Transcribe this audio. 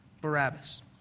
Barabbas